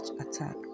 attack